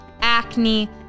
acne